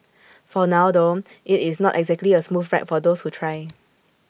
for now though IT is not exactly A smooth ride for those who try